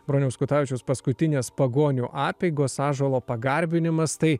broniaus kutavičiaus paskutinės pagonių apeigos ąžuolo pagarbinimas tai